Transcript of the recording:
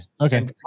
okay